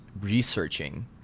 researching